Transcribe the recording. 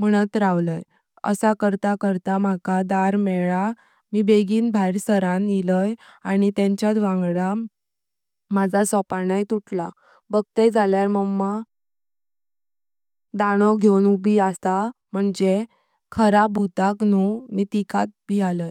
मनात राहलो असा करता करता मका दर मेला मी बेगिनं बाहेर सारन यललो आणि तेंच्यात व्हांगड माझा सोपनाई तुटला। बगताय जळ्यार मम्मा दाणो घेऊन उबी अस मंझे खरा भूताँख न्हू मी तिकाड भीयलां।